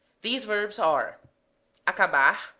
these verbs are acabar,